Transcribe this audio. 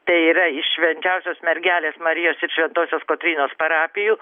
tai yra iš švenčiausios mergelės marijos ir šventosios kotrynos parapijų